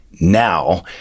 now